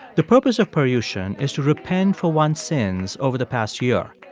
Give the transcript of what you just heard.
the purpose of paryushan is to repent for one's sins over the past year.